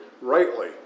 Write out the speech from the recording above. rightly